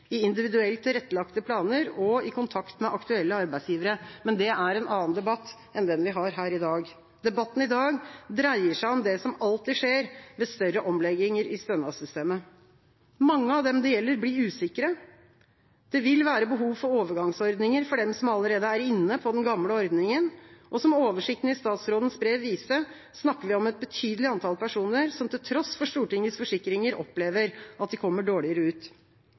i individuelt tilrettelagte planer og i kontakt med aktuelle arbeidsgivere, men det er en annen debatt enn den vi har her i dag. Debatten i dag dreier seg om det som alltid skjer ved større omlegginger i stønadssystemet. Mange av dem det gjelder, blir usikre. Det vil være behov for overgangsordninger for dem som allerede er inne på den gamle ordninga. Som oversikten i statsrådens brev viste, snakker vi om et betydelig antall personer, som til tross for Stortingets forsikringer opplever at de kommer dårligere ut.